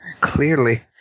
Clearly